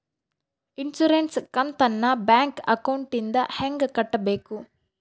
Insurance ಕಂತನ್ನ bank ಅಕೌಂಟಿಂದ ಹೆಂಗ ಕಟ್ಟಬೇಕು?